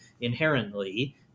inherently